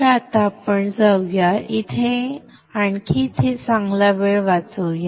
तर आता आपण जाऊया आणि इथे चांगला वेळ वाचवूया